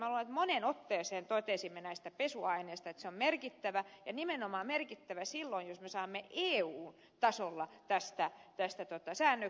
kiuru moneen otteeseen totesimme näistä pesuaineista että se on merkittävä ja nimenomaan merkittävä silloin jos me saamme eun tasolla tästä säännöksiä